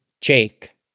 Jake